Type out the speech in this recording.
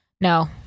No